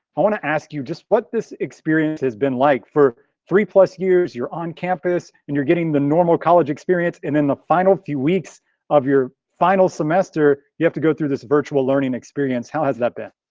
i wanna ask you just what this experience has been like for three plus years, you're on campus, and you're getting the normal college experience. and then the final few weeks of your final semester, you have to go through this virtual learning experience. how has that been?